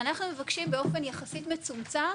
אנחנו מבקשים באופן יחסית מצומצם,